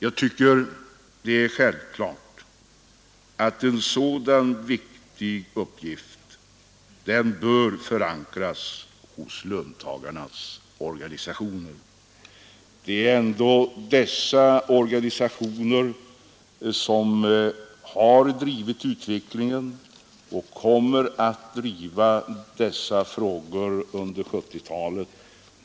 Jag tycker det är självklart att en sådan viktig uppgift bör förankras hos löntagarnas organisationer. Det är ändå de som har drivit fram frågorna kring företagsdemokratin och kommer med all säkerhet att göra detta även i framtiden.